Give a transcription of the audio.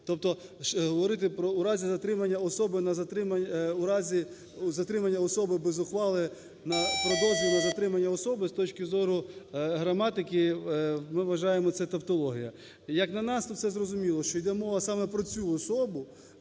тобто говорити "у разі затримання особи без ухвали про дозвіл на затримання особи" з точки зору граматики, ми вважаємо, це тавтологія. Як на нас, то все зрозуміло, що йде мова саме про цю особу,